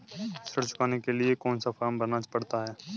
ऋण चुकाने के लिए कौन सा फॉर्म भरना पड़ता है?